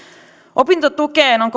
opintotukeen on